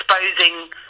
exposing